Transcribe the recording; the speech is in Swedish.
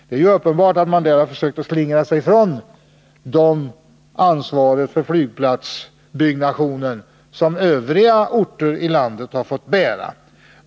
Det är uppenbart att man där har försökt slingra sig ifrån ansvaret för flygplatsbyggande, som övriga orter i landet har fått klara av.